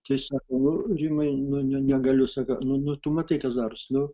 tai sako nu rimai nu negaliu nu tu matai kas daros nu